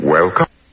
Welcome